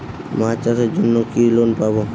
মাছ চাষের জন্য কি লোন পাব?